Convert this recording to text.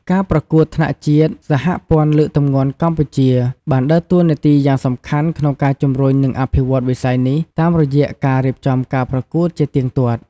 ការប្រកួតថ្នាក់ជាតិ សហព័ន្ធលើកទម្ងន់កម្ពុជា បានដើរតួនាទីយ៉ាងសំខាន់ក្នុងការជំរុញ និងអភិវឌ្ឍន៍វិស័យនេះតាមរយៈការរៀបចំការប្រកួតជាទៀងទាត់។